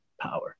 power